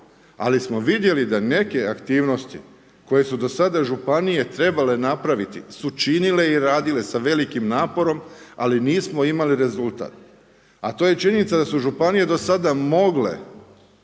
Ali vidjeli samo da neke aktivnosti koje su do sada županije trebale napraviti su činile i radile sa velikim naporom ali nismo imali rezultata. A to je činjenica da su županije do sada mogle